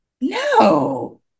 no